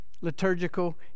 liturgical